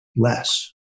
less